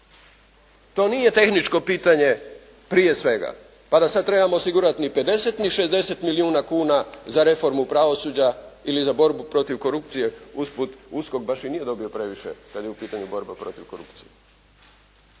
To nije tehničko pitanje prije svega pa da sad trebamo osigurati ni 50 ni 60 milijuna kuna za reformu pravosuđa ili za borbu protiv korupcije, usput USKOK baš i nije dobio previše kad je borba protiv korupcije